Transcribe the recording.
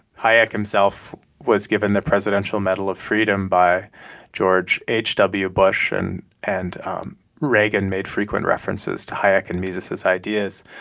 hayek himself was given the presidential medal of freedom by george h w. bush. and and um reagan made frequent references to hayek and his ideas.